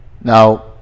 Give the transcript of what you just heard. Now